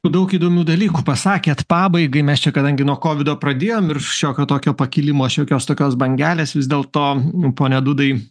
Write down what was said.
daug įdomių dalykų pasakėt pabaigai mes čia kadangi nuo kovido pradėjom ir šiokio tokio pakilimo šiokios tokios bangelės vis dėlto pone dudai